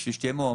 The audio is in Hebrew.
כדי שתהיה מועמד.